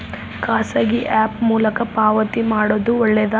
ಖಾಸಗಿ ಆ್ಯಪ್ ಮೂಲಕ ಪಾವತಿ ಮಾಡೋದು ಒಳ್ಳೆದಾ?